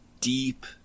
deep